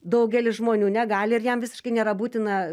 daugelis žmonių negali ir jam visiškai nėra būtina